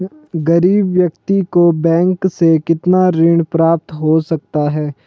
गरीब व्यक्ति को बैंक से कितना ऋण प्राप्त हो सकता है?